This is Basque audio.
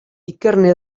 ikerne